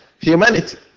humanity